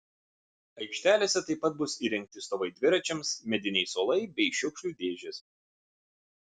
aikštelėse taip pat bus įrengti stovai dviračiams mediniai suolai bei šiukšlių dėžės